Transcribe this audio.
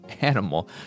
animal